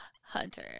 Hunter